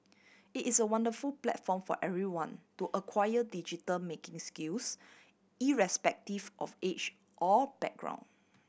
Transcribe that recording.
it is a wonderful platform for everyone to acquire digital making skills irrespective of age or background